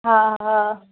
हा हा